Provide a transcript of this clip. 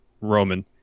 Roman